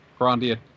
Grandia